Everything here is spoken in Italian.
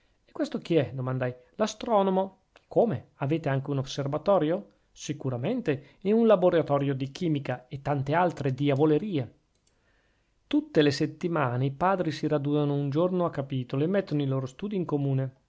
e questo chi è domandai l'astronomo come avete anche un osservatorio sicuramente e un laboratorio di chimica e tante altre diavolerie tutte le settimane i padri si radunano un giorno a capitolo e mettono i loro studi in comune